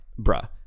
bruh